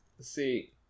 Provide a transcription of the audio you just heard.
see